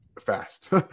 fast